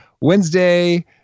wednesday